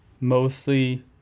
Mostly